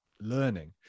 learning